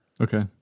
Okay